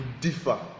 differ